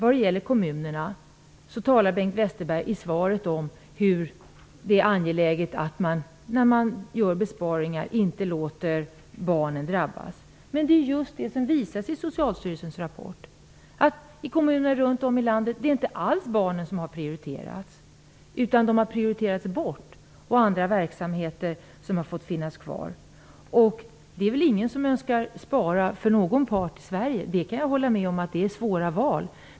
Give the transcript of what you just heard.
När det gäller kommunerna talar Bengt Westerberg i svaret om att det är angeläget att man inte låter barnen drabbas när man gör besparingar. Men i Socialstyrelsens rapport visas ju just att det inte alls är barnen som har prioriterats i kommuner runt om i landet. Det är tvärtom andra verksamheter som har prioriterats på barnens bekostnad. Det är väl ingen som önskar gör indragningar för någon grupp i Sverige -- det kan jag hålla med om; det är svåra val.